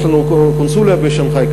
יש לנו קונסוליה בשנגחאי,